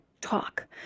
talk